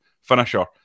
finisher